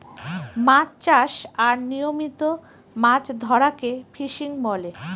মাছ চাষ আর নিয়মিত মাছ ধরাকে ফিসিং বলে